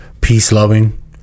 peace-loving